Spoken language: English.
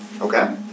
Okay